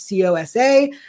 COSA